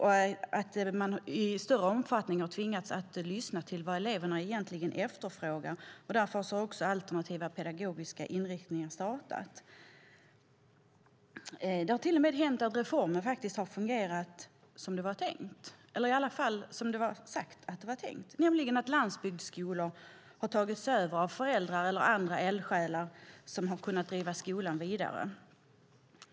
Och man har i större omfattning tvingats att lyssna till vad eleverna egentligen efterfrågar. Därför har också alternativa pedagogiska inriktningar startat. Det har till och med hänt att reformen faktiskt har fungerat som det var tänkt eller i alla fall som det var sagt att det var tänkt. Landsbygdsskolor har nämligen tagits över av föräldrar eller andra eldsjälar som har kunnat driva skolorna vidare.